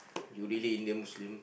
you really Indian Muslim